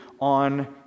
on